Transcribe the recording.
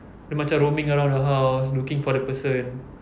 dia macam roaming around the house looking for the person